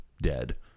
dead